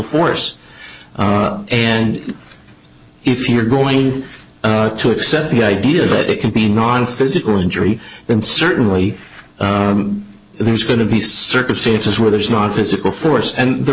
force and if you're going to accept the idea that it can be nonphysical injury then certainly there's going to be circumstances where there's non physical force and the